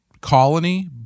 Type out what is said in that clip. colony